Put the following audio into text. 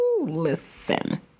listen